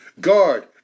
Guard